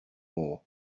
more